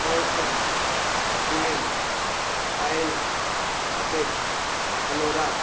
pressed smell oil ਅਤੇ flora